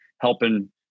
helping